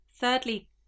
Thirdly